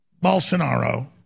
Bolsonaro